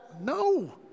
No